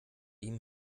ihm